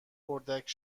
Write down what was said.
اردک